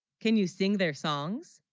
can you sing their songs